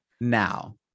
Now